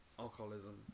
alcoholism